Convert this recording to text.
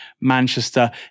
Manchester